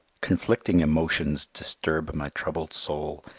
conflicting emotions disturb my troubled soul,